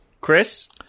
chris